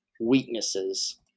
weaknesses